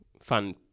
fun